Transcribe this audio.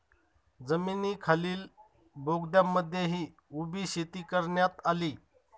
जमिनीखालील बोगद्यांमध्येही उभी शेती करण्यात आली